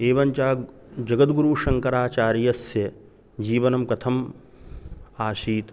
एवञ्च जगद्गुरुशङ्कराचार्यस्य जीवनं कथम् आसीत्